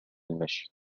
المشي